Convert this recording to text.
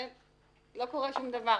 ולא קורה שום דבר.